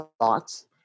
thoughts